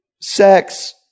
sex